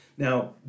Now